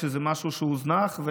זה משהו שהוזנח,